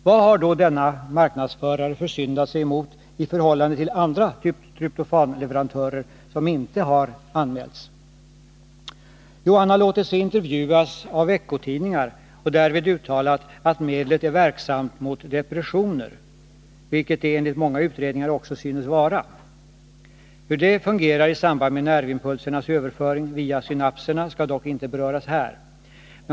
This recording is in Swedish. Vad har då denna marknadsförare försyndat sig emot i förhållande till andra tryptofanleverantörer vilka inte har anmäl s? Jo, han har låtit sig intervjuas av veckotidningar och därvid uttalat att medlet är verksamt mot depressioner — vilket det enligt många utredningar också synes vara. Hur detta fungerar i samband med nervimpulsernas överföring via synapserna skall dock inte beröras här.